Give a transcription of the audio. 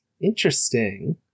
Interesting